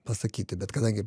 pasakyti bet kadangi